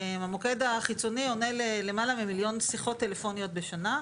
המוקד החיצוני עונה למעלה ממיליון שיחות טלפוניות בשנה.